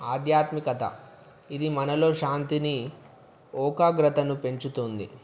ఆధ్యాత్మికత ఇది మనలో శాంతిని ఏకాగ్రతను పెంచుతుంది